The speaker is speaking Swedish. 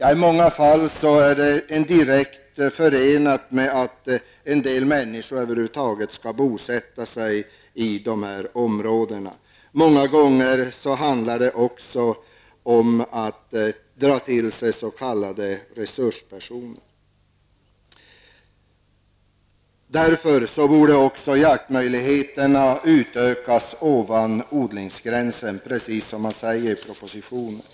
I många fall är möjligheter till jakt och fiske en direkt förutsättning för att människor över huvud taget skall bosätta sig i de här områdena. Många gånger handlar det också om att dra till sig s.k. resurspersoner. Därför borde också jaktmöjligheterna utökas ovanför odlingsgränsen, precis som det sägs i propositionen.